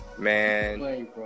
Man